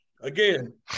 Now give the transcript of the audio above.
again